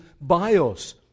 bios